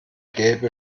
gelbe